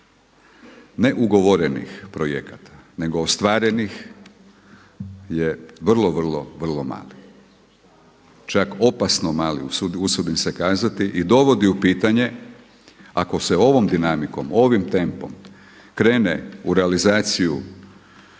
ne ugovorenih projekata nego ostvarenih je vrlo, vrlo, vrlo mali, čak opasno mali, usudim se kazati i dovodi u pitanje ako se ovom dinamikom, ovim tempom krene u realizaciju